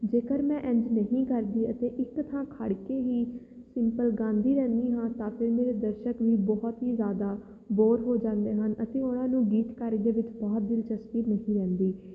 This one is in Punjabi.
ਜੇਕਰ ਮੈਂ ਇੰਝ ਨਹੀਂ ਕਰਦੀ ਅਤੇ ਇੱਕ ਥਾਂ ਖੜ੍ਹ ਕੇ ਹੀ ਸਿੰਪਲ ਗਾਉਂਦੀ ਰਹਿੰਦੀ ਹਾਂ ਤਾਂ ਫਿਰ ਮੇਰੇ ਦਰਸ਼ਕ ਵੀ ਬਹੁਤ ਹੀ ਜ਼ਿਆਦਾ ਬੋਰ ਹੋ ਜਾਂਦੇ ਹਨ ਅਤੇ ਉਹਨਾਂ ਨੂੰ ਗੀਤਕਾਰੀ ਦੇ ਵਿੱਚ ਬਹੁਤ ਦਿਲਚਸਪੀ ਨਹੀਂ ਰਹਿੰਦੀ